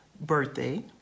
birthday